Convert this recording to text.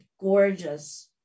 gorgeous